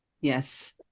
yes